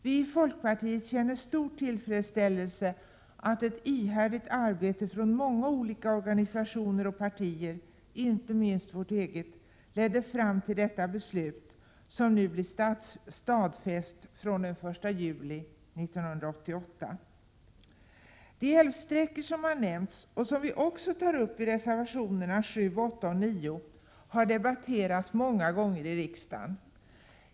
Vi i folkpartiet känner stor tillfredsställelse över att ett ihärdigt arbete från många olika organisationer och partier, inte minst vårt eget, ledde fram till detta beslut som nu blir stadfäst från den 1 juli 1988. De älvsträckor som har nämnts och som vi också tar upp i reservationerna 7,8 och 9 har debatterats många gånger i riksdagen.